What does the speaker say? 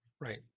Right